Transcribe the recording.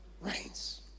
reigns